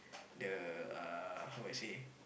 the uh how would I say